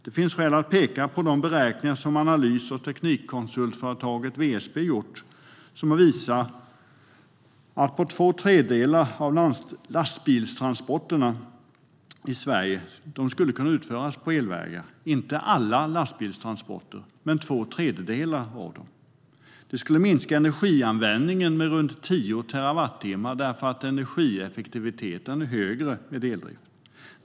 Det finns skäl att peka på de beräkningar som analys och teknikkonsultföretaget WSP har gjort som visar att inte alla men två tredjedelar av lastbilstransporterna i Sverige skulle kunna utföras på elvägar. Det skulle minska energianvändningen med runt tio terawattimmar per år, för energieffektiviteten är högre med eldrift.